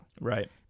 Right